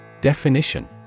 Definition